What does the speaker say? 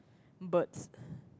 birds